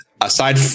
aside